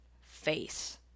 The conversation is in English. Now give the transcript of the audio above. face